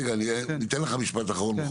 בכל מקרה, אתן לך לומר משפט אחרון.